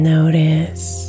Notice